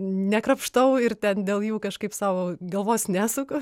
ne krapštau ir ten dėl jų kažkaip sau galvos nesuku